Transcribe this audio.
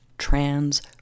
trans